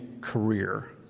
career